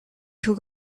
who